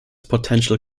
potential